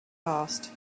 passed